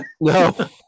No